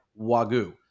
wagyu